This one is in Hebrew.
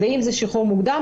ואם זה שחרור מוקדם,